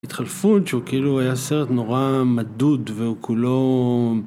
התחלפות שהוא כאילו היה סרט נורא מדוד והוא כולו...